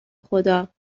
خدا